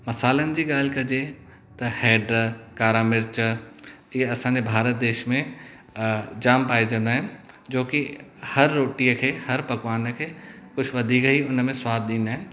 मसालनि जी ॻाल्हि कजे त हेड कारा मिर्च हीअ असांजे भारत देश में जाम पाईजंदा आहिनि जो की हर रोटीअ खे हर पकवान खे कुझु वधीक ई उनमें स्वादु ॾींदा आहिनि